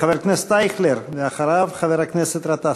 חבר הכנסת אייכלר, אחריו, חבר הכנסת גטאס.